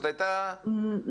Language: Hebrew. נכון.